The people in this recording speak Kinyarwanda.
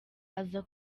aza